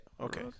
Okay